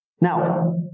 Now